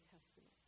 Testament